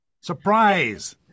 Surprise